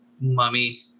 mummy